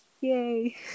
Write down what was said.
Yay